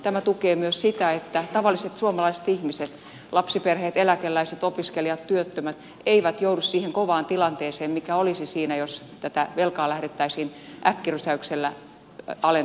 tämä tukee myös sitä että tavalliset suomalaiset ihmiset lapsiperheet eläkeläiset opiskelijat työttömät eivät joudu siihen kovaan tilanteeseen mikä olisi jos tätä velkaa lähdettäisiin äkkirysäyksellä alentamaan